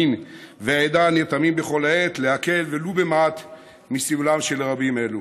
מין ועדה נרתמים בכל עת להקל ולו במעט את סבלם של רבים אלו.